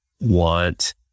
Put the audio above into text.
want